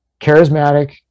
charismatic